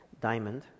Diamond